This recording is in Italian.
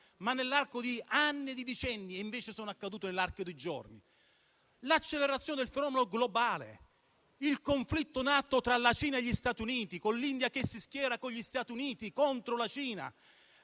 ma nell'arco di anni, di decenni e che invece sono accadute l'arco di giorni. Si è assistito all'accelerazione di un fenomeno globale, il conflitto in atto tra la Cina e gli Stati Uniti, con l'India che si schiera con gli Stati Uniti contro la Cina,